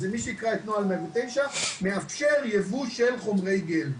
אז מי שיקרא את נוהל 109 "..מאפשר ייבוא של חומרי גלם..",